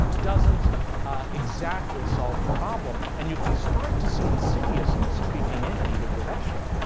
doesn't exactly solve the problem. and you can start to see insidiousness creeping in and either direction.